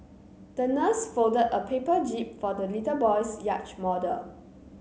the nurse folded a paper jib for the little boy's yacht model